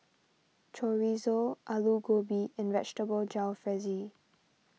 Chorizo Alu Gobi and Vegetable Jalfrezi